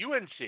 UNC